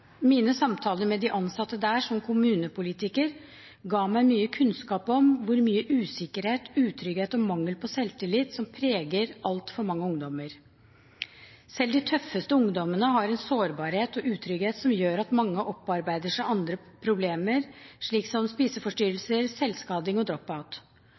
Mine samtaler med de ansatte der som kommunepolitiker, ga meg mye kunnskap om hvor mye usikkerhet, utrygghet og mangel på selvtillit som preger altfor mange ungdommer. Selv de tøffeste ungdommene har en sårbarhet og utrygghet som gjør at mange opparbeider seg andre problemer, slik som spiseforstyrrelser, selvskading og